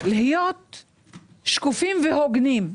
להיות שקופים והוגנים,